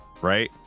right